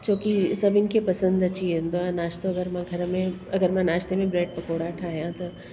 छो की सभिनि खे पसंदि अची वेंदो आहे नाश्तो अगरि मां घर में अगरि मां नाश्ते में ब्रैड पकोड़ा ठाहियां त